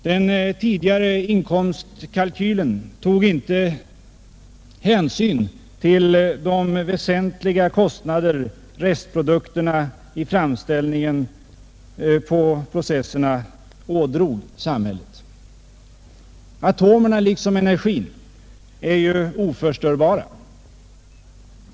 Den tidigare inkomstkalkylen tog inte hänsyn till de väsentliga kostnader restprodukterna vid framställningen av varorna ådrog samhället. Atomerna liksom energin är oförstörbara.